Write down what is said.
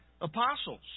apostles